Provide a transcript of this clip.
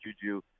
Juju –